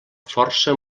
força